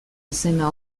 izena